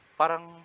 parang